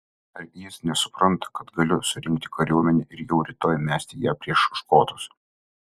ar jis nesupranta kad galiu surinkti kariuomenę ir jau rytoj mesti ją prieš škotus